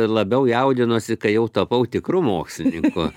labiau jaudinuosi kai jau tapau tikru mokslininku